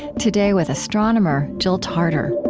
today, with astronomer jill tarter.